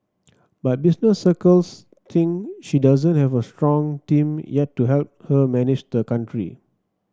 but business circles think she doesn't have a strong team yet to help her manage the country